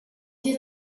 dir